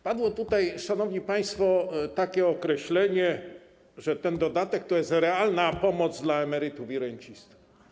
Padło tutaj, szanowni państwo, takie stwierdzenie, że ten dodatek to jest realna pomoc dla emerytów i rencistów.